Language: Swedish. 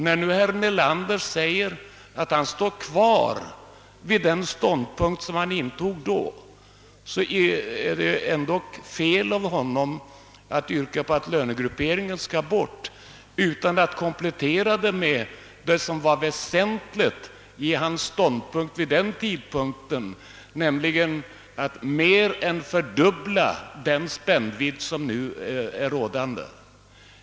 När herr Nelander nu säger att han står fast vid den ståndpunkt som han intog då, är det fel av honom att yrka att lönegrupperingen skall bort utan att komplettera det med vad som var väsentligt i hans ståndpunkt vid den tidpunkten, nämligen att den nu rådande spännvidden skulle mer än fördubblas.